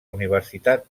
universitat